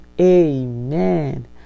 Amen